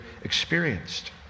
experienced